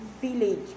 village